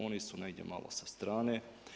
Oni su negdje malo sa strane.